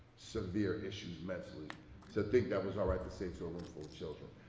severe issues mentally to think that was all right to say to a roomful of children.